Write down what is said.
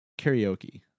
Karaoke